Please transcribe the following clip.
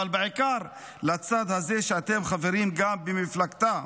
אבל בעיקר לצד הזה, שאתם חברים גם במפלגתה.